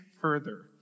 Further